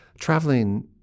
traveling